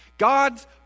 God's